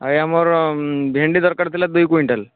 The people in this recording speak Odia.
ଆଜ୍ଞା ମୋର ଭେଣ୍ଡି ଦରକାର ଥିଲା ଦୁଇ କୁଇଣ୍ଟାଲ